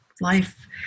life